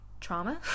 trauma